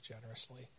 generously